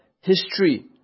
history